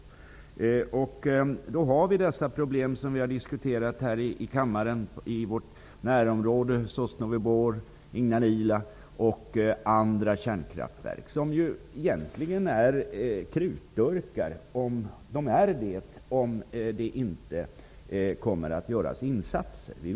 I vårt närområde har vi de problem som vi har diskuterat här i kammaren -- Sosnovyj Bor, Ignalina och andra kärnkraftverk, som är krutdurkar om det inte görs insatser.